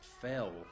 fell